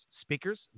speakers